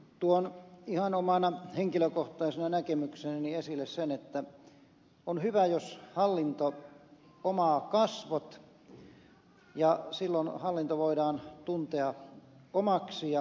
tuon ihan omana henkilökohtaisena näkemyksenäni esille sen että on hyvä jos hallinto omaa kasvot silloin hallinto voidaan tuntea omaksi ja läheiseksi